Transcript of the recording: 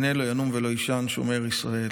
הנה לא ינום ולא יישן שומר ישראל.